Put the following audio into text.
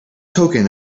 token